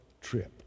trip